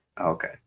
Okay